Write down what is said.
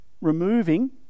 Removing